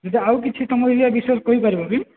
ଯଦି ଆଉ କିଛି କାମ ରହି ଯାଇ ସେ ବିଷୟରେ କହି ପାରିବି କି